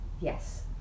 yes